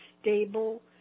stable